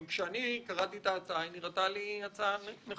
כשאני קראתי את ההצעה היא נראתה לי הצעה נכונה.